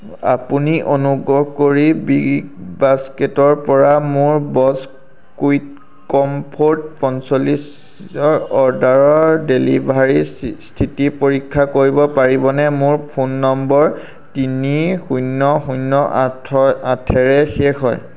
আপুনি অনুগ্ৰহ কৰি বিগবাস্কেটৰপৰা মোৰ ব'ছ কুইক কমফৰ্ট পঞ্চল্লিছ অৰ্ডাৰৰ ডেলিভাৰীৰ স্থিতি পৰীক্ষা কৰিব পাৰিবনে মোৰ ফোন নম্বৰ তিনি শূন্য শূন্য আঠৰে শেষ হয়